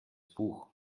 buch